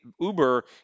Uber